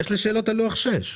יש לי שאלות על לוח שש.